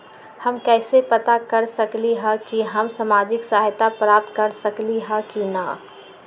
हम कैसे पता कर सकली ह की हम सामाजिक सहायता प्राप्त कर सकली ह की न?